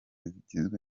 zigizwe